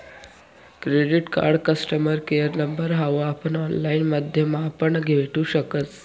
credit card customer care number हाऊ आपण online माध्यमापण भेटू शकस